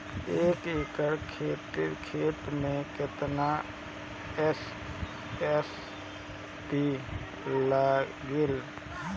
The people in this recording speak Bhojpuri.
एक एकड़ खेत मे कितना एस.एस.पी लागिल?